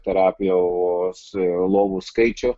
terapijos lovų skaičių